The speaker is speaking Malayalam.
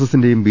എസിന്റെയും ബി